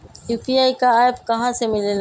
UPI का app कहा से मिलेला?